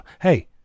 Hey